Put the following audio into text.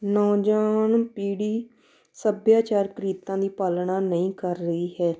ਨੌਜਵਾਨ ਪੀੜ੍ਹੀ ਸੱਭਿਆਚਾਰਕ ਰੀਤਾਂ ਦੀ ਪਾਲਣਾ ਨਹੀਂ ਕਰ ਰਹੀ ਹੈ